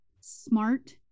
smart